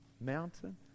mountain